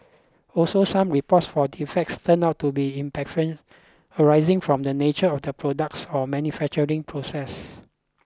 also some reports for defects turned out to be imperfections arising from the nature of the products or manufacturing process